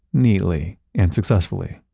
neatly and successfully.